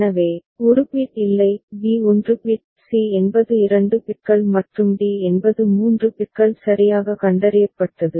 எனவே ஒரு பிட் இல்லை b 1 பிட் c என்பது 2 பிட்கள் மற்றும் d என்பது 3 பிட்கள் சரியாக கண்டறியப்பட்டது